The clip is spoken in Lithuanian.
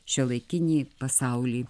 šiuolaikinį pasaulį